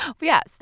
Yes